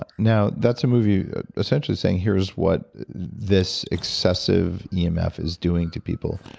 but now, that's a movie essentially saying, here's what this excessive yeah emf is doing to people.